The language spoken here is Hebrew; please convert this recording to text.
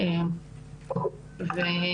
מעקבים שגיליתי עליהם,